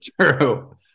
True